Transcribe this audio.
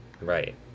Right